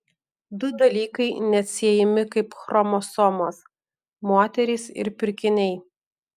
du dalykai neatsiejami kaip chromosomos moterys ir pirkiniai